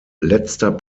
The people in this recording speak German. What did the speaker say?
letzter